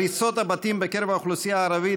הריסות הבתים בקרב האוכלוסייה הערבית,